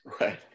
Right